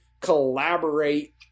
collaborate